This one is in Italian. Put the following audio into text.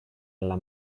alla